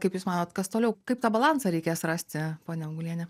kaip jūs manot kas toliau kaip tą balansą reikės rasti ponia auguliene